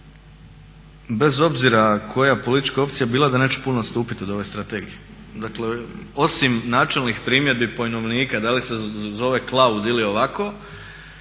bez obzira koja politička opcija bila da neće puno odstupiti od ove Strategije. Dakle osim načelnih primjedbi pojmovnika da li se zove cloud ili ovako